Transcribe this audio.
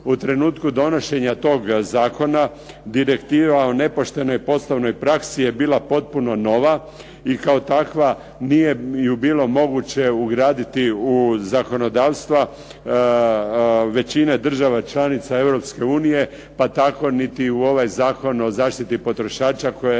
u trenutku donošenja tog zakona direktiva o nepoštenoj poslovnoj praksi je bila potpuno nova i kao takva nije ju bilo moguće ugraditi u zakonodavstva većine država članica Europske unije pa niti u ovaj Zakon o zaštiti potrošača kojeg